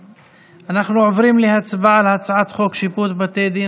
אנחנו עוברים להצבעה על הצעת חוק שיפוט בתי דין